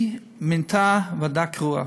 היא מינתה ועדה קרואה.